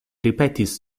ripetis